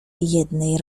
jednej